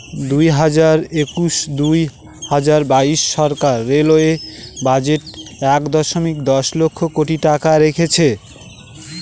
দুই হাজার একুশ দুই হাজার বাইশ সরকার রেলওয়ে বাজেটে এক দশমিক দশ লক্ষ কোটি টাকা রেখেছে